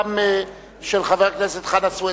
המקומיות באקה אל-ע'רביה וג'ת) של חבר הכנסת חנא סוייד,